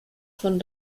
von